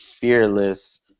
fearless